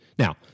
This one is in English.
Now